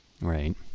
Right